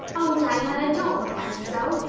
oh, diana, don't look at me so,